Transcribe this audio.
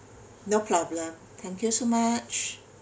no problem thank you so much